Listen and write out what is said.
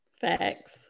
facts